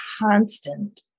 constant